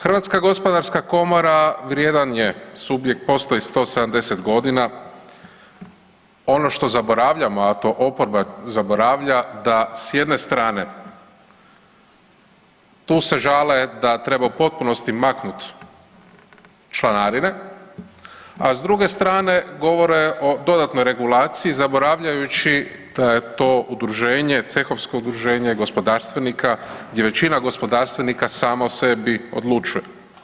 HGK vrijedan je subjekt, postoji 170 godina, ono što zaboravljamo, a to oporba zaboravlja da s jedne strane tu se žale da treba u potpunosti maknut članarine, a s druge strane govore o dodatnoj regulaciji zaboravljajući da je to udruženje, cehovsko udruženje gospodarstvenika gdje većina gospodarstvenika sama o sebi odlučuje.